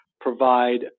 provide